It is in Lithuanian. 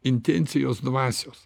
intencijos dvasios